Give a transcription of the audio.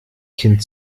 kind